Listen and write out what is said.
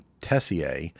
Tessier